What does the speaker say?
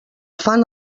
fan